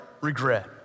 regret